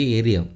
area